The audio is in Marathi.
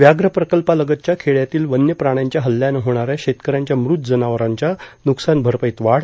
व्याघ्र प्रकल्पालगतच्या खेडयातील वन्यप्राण्यांच्या हल्ल्यानं होणाऱ्या शेतकऱ्यांच्या मुत जनावरांच्या न्रकसानभरपाईत वाढ